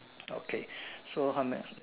okay so how much